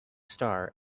star